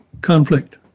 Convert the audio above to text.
conflict